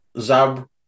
Zab